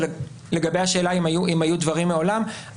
לגבי השאלה אם היו דברים מעולם,